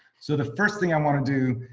so the first thing i wanna do,